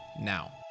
now